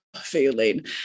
feeling